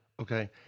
Okay